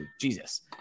Jesus